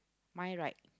my right